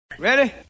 Ready